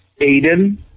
Aiden